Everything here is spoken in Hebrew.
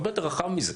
הרבה יותר רחב מזה.